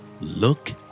Look